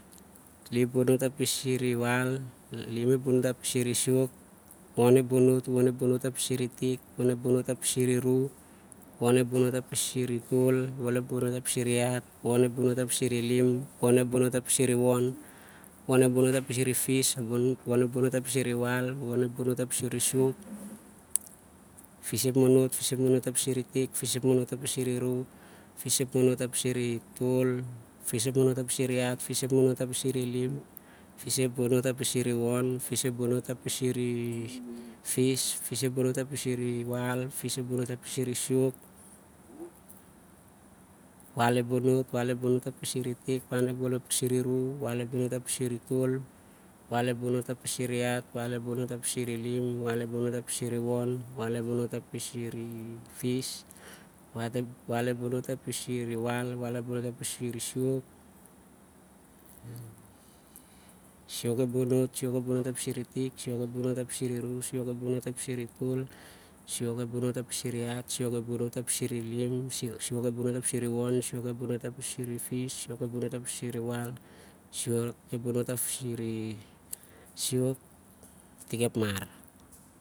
Ilam ep bono't arpisir iwon, ilim ep- bono't arpisir ifis, ilim ep- bono't arpisir iwal, ilim ep- bono't arpisir isiwo'k, iwon ep- bono't arpisir itik, iwon ep- bono't arpisir iru, iwon ep- bono't arpisir itol, iwon ep- bono't arpisir ihat, iwon ep- bono't arpisir ilim, iwon ep bono't arpisir iwon, iwon ep- bono't arpisir ifis, iwon ep- bono't arpisir iwal, iwon ep bonot arpisir isiwok, fis- ep- bono't, fis- ep- bono't arpisir itik, fis- ep- bono't arpisir iru, ifis ep- bono't arpisir itol, ifis ep- bono't arpisir ihat, ifis ep- bono't arpisir ilim, ifis ep- bono't arpisir iwon, ifis ep- bono't arpisir ifis ep- bono't arpisir iwal, ifis ep- bono't arpisir isiwo'k, iwal ep bono't, iwal ep- bono't arpisir itik iwal ep- bono't arpisir iru, iwal ep- bono't arpisir ito'l, iwal ep- bono't arpisir ihat, iwal ep- bono't arpisir ilim, iwal ep- bono't arpisir ilim, iwal ep- bono't arpisir iwon, iwal ep- bono't arpisir ifis, iwal ep- bono't arpisir iwal, iwal ep- bono't arpisir isiwo'k, isiwok ep- bono't isiwok ep- bono'st arpisir itik, isiwok ep- bono't arpisir iru, isiwok ep- bono't arpisir itol, isiwok ep- bono't arpisir ihat. Isiwok ep- bono't arpisir ilim, isi wo'k ep bono't arpisir iwon, isiwok ep- bono't arpisr ifis, isiwok ep- bono't arpisir iwal, isiwok ep- bono't arpisir isiwo'k, api itik ep mar